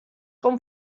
com